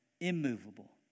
immovable